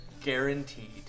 Guaranteed